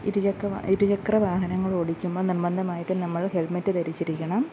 ഇരുചക്ര ഇരുചക്ര വാഹങ്ങൾ ഓടിക്കുമ്പോൾ നിർബന്ധമായിട്ടും നമ്മൾ ഹെൽമെറ്റ് ധരിച്ചിരിക്കണം